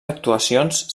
actuacions